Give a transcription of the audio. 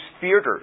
theaters